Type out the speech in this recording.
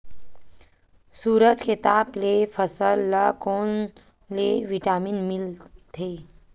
सूरज के ताप ले फसल ल कोन ले विटामिन मिल थे?